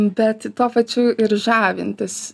bet tuo pačiu ir žavintis